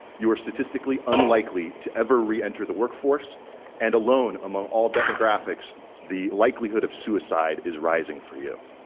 you are statistically unlikely to ever re-enter the workforce and alone among all demographics the likelihood of suicide is rising for you.